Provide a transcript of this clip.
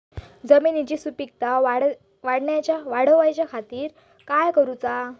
जमिनीची सुपीकता वाढवच्या खातीर काय करूचा?